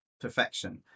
perfection